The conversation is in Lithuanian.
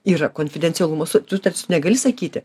yra konfidencialumo sutartis negali sakyti